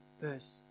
verse